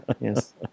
Yes